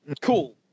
cool